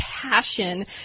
passion